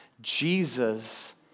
Jesus